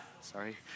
Sorry